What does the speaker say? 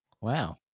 Wow